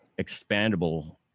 expandable